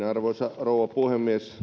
arvoisa rouva puhemies